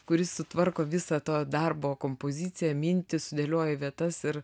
kuris sutvarko visą to darbo kompoziciją mintį sudėlioja į vietas ir